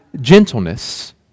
gentleness